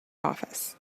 office